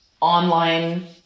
online